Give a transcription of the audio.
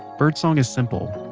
birdsong is simple.